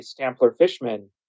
Stampler-Fishman